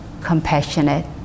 compassionate